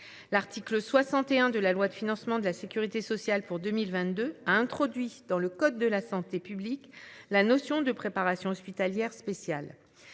L'article 61 de la loi de financement de la Sécurité sociale pour 2022, a introduit dans le code de la santé publique. La notion de préparations hospitalières spécial